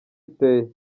iteye